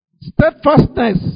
Steadfastness